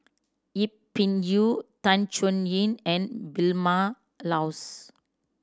Yip Pin Xiu Tan Chuan Yin and Vilma Laus